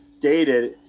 dated